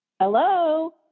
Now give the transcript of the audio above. Hello